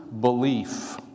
belief